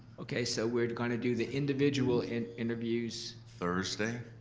okay, so we're gonna do the individual and interviews thursday.